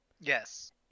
Yes